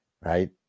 right